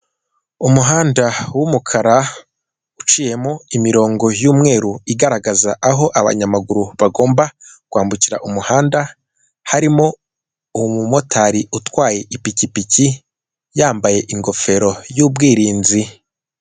Umuhanda w’umukara uciyemo imirongo y'umweru igaragaza aho abanyamaguru bagomba kwambukira umuhanda, harimo umumotari utwaye ipikipiki yambaye ingofero y'ubwirinzi.